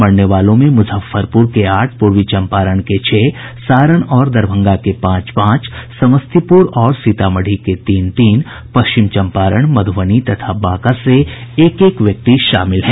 मरने वालों में मुजफ्फरपुर के आठ पूर्वी चम्पारण के छह सारण और दरभंगा के पांच पांच समस्तीपुर और सीतामढ़ी के तीन तीन पश्चिम चम्पारण मधुबनी तथा बांका से एक एक व्यक्ति शामिल हैं